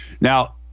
now